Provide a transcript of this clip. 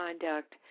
conduct